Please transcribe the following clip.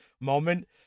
moment